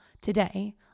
today